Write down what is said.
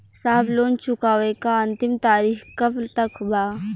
साहब लोन चुकावे क अंतिम तारीख कब तक बा?